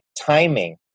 timing